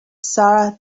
sarah